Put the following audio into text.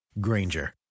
Granger